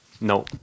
no